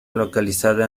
localizada